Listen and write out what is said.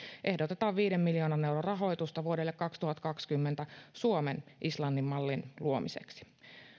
ehdotetaan viiden miljoonan euron rahoitusta vuodelle kaksituhattakaksikymmentä suomen islannin mallin luomiseksi